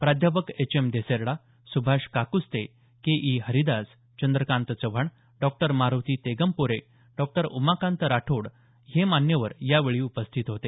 प्राध्यापक H M Desarda Subhash Kakuste K E Haridas Chandrakant Chavan doctor Maroti Tegampure doctor Umakant Rathod आदी मान्यवर यावेळी उपस्थित होते